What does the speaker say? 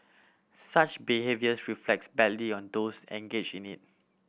such behaviours reflects badly on those engage in it